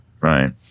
right